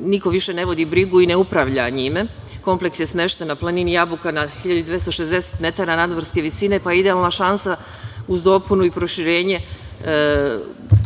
Niko više ne vodi brigu i ne upravlja njime. Kompleks je smešten na planini Jabuka, na 1.260 metara nadmorske visine, pa je idealna šansa uz dopunu i proširenje